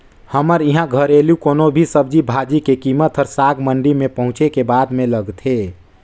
हमर इहां घरेलु कोनो भी सब्जी भाजी के कीमेत हर साग मंडी में पहुंचे के बादे में लगथे